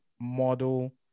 model